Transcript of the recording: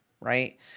right